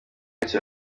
bucya